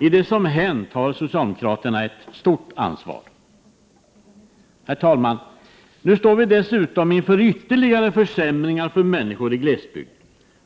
I det som hänt har socialdemokraterna ett stort ansvar. Herr talman! Nu står vi dessutom inför ytterligare försämringar för människor i glesbygd.